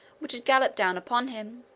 which had galloped down upon him,